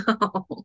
no